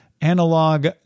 analog